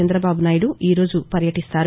చందబాబునాయుడు ఈ రోజు వర్యటిస్తారు